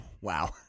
Wow